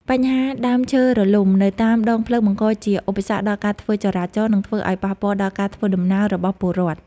បញ្ហាដើមឈើរលំនៅតាមដងផ្លូវបង្កជាឧបសគ្គដល់ការធ្វើចរាចរណ៍ និងធ្វើឱ្យប៉ះពាល់ដល់ការធ្វើដំណើររបស់ពលរដ្ឋ។